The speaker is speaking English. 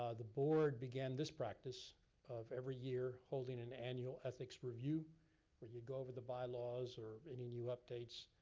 um the board began this practice of every year holding an annual ethics review where you go over the bylaws or any new updates.